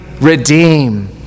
redeem